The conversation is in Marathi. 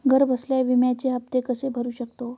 घरबसल्या विम्याचे हफ्ते कसे भरू शकतो?